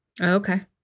Okay